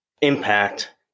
Impact